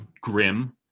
grim